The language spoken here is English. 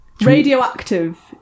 Radioactive